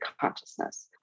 consciousness